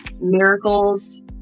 Miracles